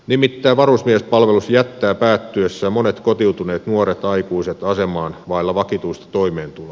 nimittäin varusmiespalvelus jättää päättyessään monet kotiutuneet nuoret aikuiset asemaan vailla vakituista toimeentuloa